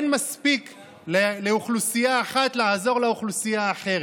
אין מספיק לאוכלוסייה אחת לעזור לאוכלוסייה אחרת.